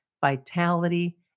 vitality